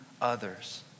others